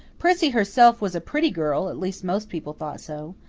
prissy herself was a pretty girl at least most people thought so.